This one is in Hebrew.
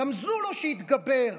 / רמזו לו שיתגבר,